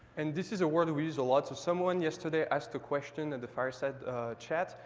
and this is a word we use a lot, so someone yesterday asked the question in the fireside chat,